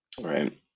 Right